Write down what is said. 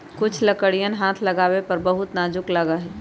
कुछ लकड़ियन हाथ लगावे पर बहुत नाजुक लगा हई